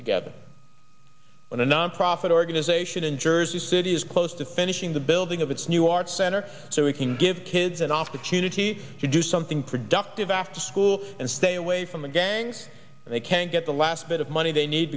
together on a nonprofit organization in jersey city is close to finishing the building of its new arts center so we can give kids an opportunity to do something productive after school and stay away from the gangs and they can't get the last bit of money they need